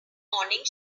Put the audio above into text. morning